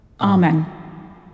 Amen